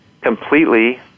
completely